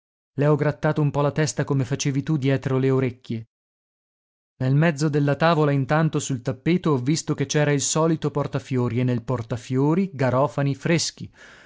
ho grattato un po la testa come facevi tu dietro le orecchie nel mezzo della tavola intanto sul tappeto ho visto che c'era il solito portafiori e nel portafiori garofani freschi